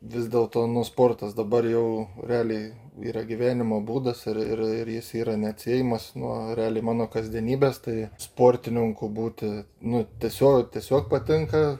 vis dėlto nu sportas dabar jau realiai yra gyvenimo būdas ir ir ir jis yra neatsiejamas nuo realiai mano kasdienybės tai sportininku būti nu tiesio tiesiog patinka